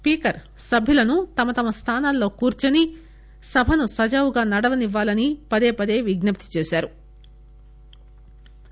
speaker సభ్యులను తమ తమ స్థానాల్లో కూర్చిని సభను సజావుగా నడువనివ్యాలని పదేపదే విజ్ఞప్తి చేశారు